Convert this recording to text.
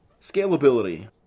Scalability